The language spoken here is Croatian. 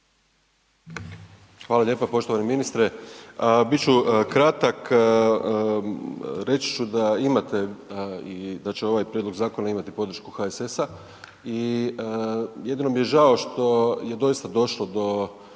Hvala lijepa poštovani ministre. Bit ću kratak. Reći ću da imate i da će ovaj prijedlog zakona imati podršku HSS-a i jedino mi je žao što je doista došlo do